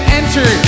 enter